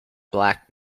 black